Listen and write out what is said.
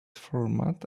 format